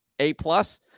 A-plus